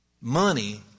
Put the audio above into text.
Money